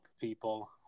people